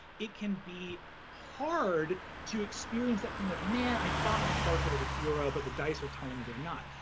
it can be hard to experience that thing of, man, i thought my character was a hero, but the dice are telling me they're not.